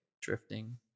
drifting